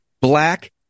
black